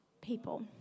people